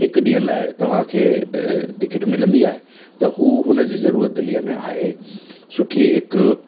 हिकु ॾींहं लाइ तव्हांखे तव्हांखे टिकिट मिलंदी आहे त हू हुन जी ज़रूरत दिल्लीअ में आहे सुठी हिकु